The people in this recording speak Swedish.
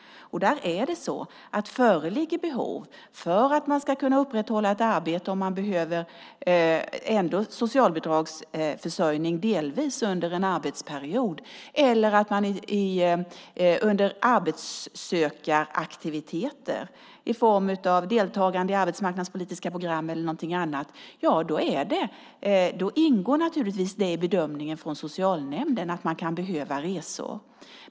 Om det föreligger behov av att upprätthålla ett arbete men man ändå delvis behöver socialbidragsförsörjning under en arbetsperiod eller om man deltar i arbetssökaraktiviteter i form av deltagande i arbetsmarknadspolitiska program eller någonting annat, då ingår naturligtvis det i bedömningen från socialnämnden att man kan behöva resor.